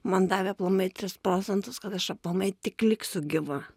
man davė aplamai tris procentus kad aš aplamai tik liksiu gyva